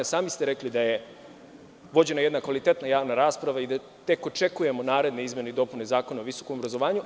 Sami ste rekli da je vođena jedna kvalitetna javna rasprava i da tek očekujemo naredne izmene i dopune Zakona o visokom obrazovanju.